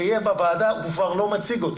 אותו אדם שיהיה בוועדה, הוא כבר לא מציג אותה.